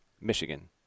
Michigan